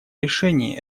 решений